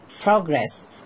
progress